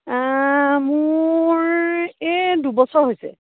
মোৰ এই দুবছৰ হৈছে